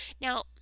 Now